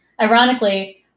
Ironically